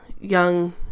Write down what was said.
young